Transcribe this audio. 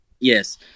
Yes